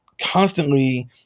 constantly